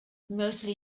mostly